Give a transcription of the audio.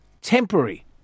temporary